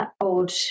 old